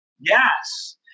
yes